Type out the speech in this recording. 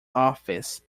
office